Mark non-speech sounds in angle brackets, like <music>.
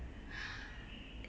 <noise>